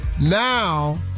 Now